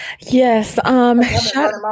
yes